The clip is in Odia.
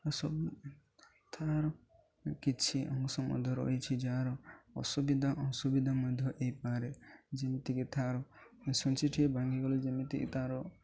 ସବୁ ତା'ର କିଛି ଅଂଶ ମଧ୍ୟ ରହିଛି ଯାହାର ଅସୁବିଧା ଅସୁବିଧା ମଧ୍ୟ ହେଇପାରେ ଯେମିତିକି ତା'ର ଛୁଞ୍ଚି ଟିଏ ଭାଙ୍ଗିଗଲେ ଯେମିତି ତା'ର